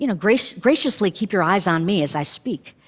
you know, graciously graciously keep your eyes on me as i speak.